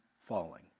falling